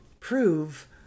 Prove